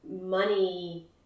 money